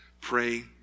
pray